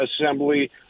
assembly